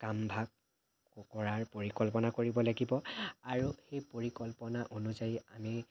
কামভাগ কৰাৰ পৰিকল্পনা কৰিব লাগিব আৰু সেই পৰিকল্পনা অনুযায়ী আমি